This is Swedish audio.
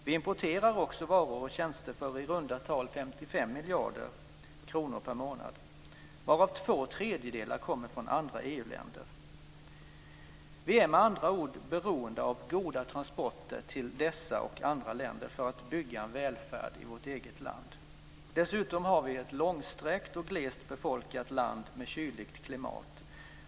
Vi importerar också varor och tjänster för i runda tal 55 miljarder kronor per månad. Två tredjedelar av dessa kommer från andra EU-länder. Vi är med andra ord beroende av goda transporter till dessa och andra länder för att bygga en välfärd i vårt eget land. Dessutom har vi ett långsträckt och glest befolkat land med kyligt klimat.